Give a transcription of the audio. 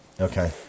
Okay